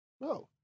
no